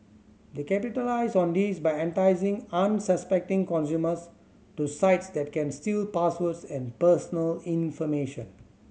they capitalise on this by enticing unsuspecting consumers to sites that can steal passwords and personal information